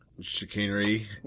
Chicanery